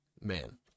Man